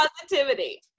positivity